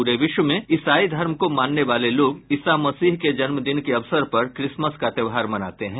पूरे विश्व में ईसाई धर्म को मानने वाले लोग ईसा मसीह के जन्मदिन के अवसर पर क्रिसमस का त्योहार मनाते हैं